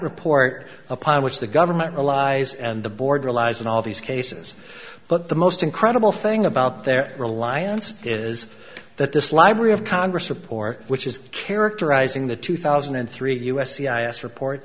report upon which the government relies and the board relies on all these cases but the most incredible thing about their reliance is that this library of congress report which is characterizing the two thousand and three u s c i s report